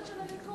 לרשותך שבע דקות.